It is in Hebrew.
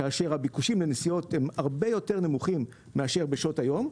כאשר הביקושים לנסיעות הם הרבה יותר נמוכים מאשר בשעות היום,